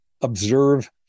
observe